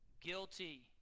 guilty